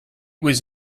was